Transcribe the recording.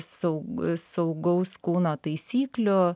saug saugaus kūno taisyklių